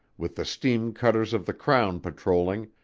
with the steam-cutters of the crown patrolling,